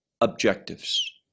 objectives